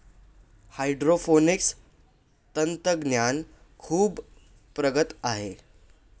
hydroponics तंत्रज्ञान खूप प्रगत आहे